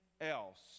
else